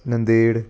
Nanded